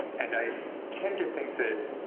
and i tend to think that,